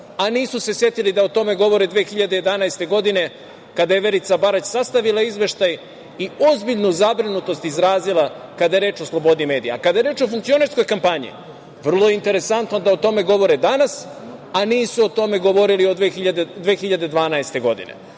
a nisu se setili da o tome govore 2011. godine kada je Verica Barać sastavila izveštaj i ozbiljnu zabrinutost izrazila kada je reč o slobodi medija. Kada je reč o funkcionerskoj kampanji, vrlo interesantno da o tome govore danas, a nisu o tome govorili od 2012. godine.